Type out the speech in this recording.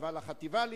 אבל החטיבה להתיישבות,